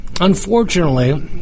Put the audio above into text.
unfortunately